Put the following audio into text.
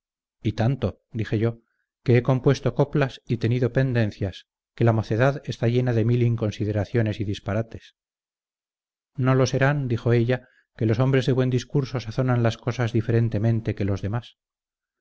y tanto dije yo que he compuesto coplas y tenido pendencias que la mocedad está llena de mil inconsideraciones y disparates no lo serán dijo ella que los hombres de buen discurso sazonan las cosas diferentemente que los demás